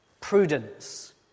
prudence